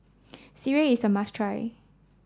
Sireh is a must try